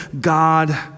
God